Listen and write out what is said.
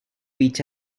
each